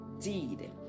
deed